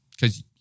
because-